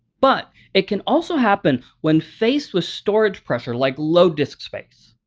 but it can also happen when faced with storage pressure like low disk space.